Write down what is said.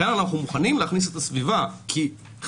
לכן אנחנו מוכנים להכניס את הסביבה -- ולמה